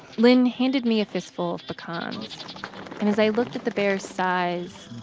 lynn handed me a fistful of pecans, and as i looked at the bear's size,